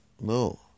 no